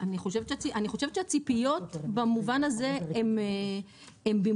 אני חושבת שהציפיות במובן הזה הן במקומן,